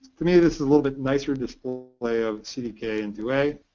to me, this is a little bit nicer display of c d k n two a.